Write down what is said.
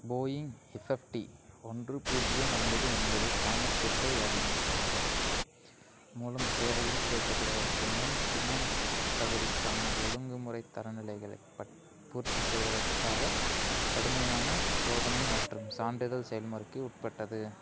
Boeing FFT ஒன்று பூஜ்ஜியம் ஒன்பது ஒன்பது தாமஸ் குக்க ஏர்லைன்ஸ் மூலம் சேவையில் சேர்க்கப்படுவதற்கு முன் விமானத் தகுதிக்கான ஒழுங்குமுறை தரநிலைகளைப் பட் பூர்த்தி செய்வதற்காக கடுமையான சோதனை மற்றும் சான்றிதழ் செயல்முறைக்கு உட்பட்டது